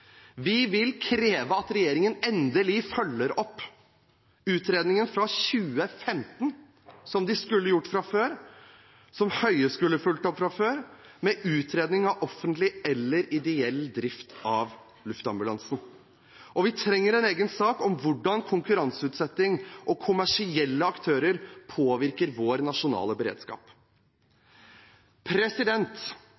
Vi vil kreve at regjeringen endelig følger opp utredningen fra 2015 – som den skulle gjort fra før, og som Høie skulle fulgt opp fra før – med utredning av offentlig eller ideell drift av luftambulansen. Og vi trenger en egen sak om hvordan konkurranseutsetting og kommersielle aktører påvirker vår nasjonale beredskap.